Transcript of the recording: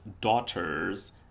daughters